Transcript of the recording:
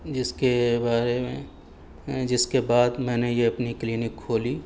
جس کے بارے میں جس کے بعد میں نے یہ اپنی کلینک کھولی